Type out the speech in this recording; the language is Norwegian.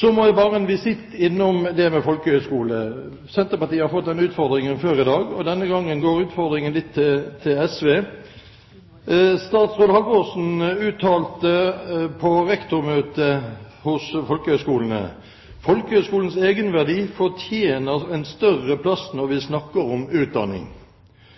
Så må jeg bare en visitt innom det med folkehøyskoler. Senterpartiet har fått den utfordringen før i dag. Denne gangen går utfordringen til SV. Statsråd Halvorsen uttalte på et rektormøte hos folkehøyskolene: «Folkehøgskolens egenverdi fortjener en større plass når vi snakker om utdanning.»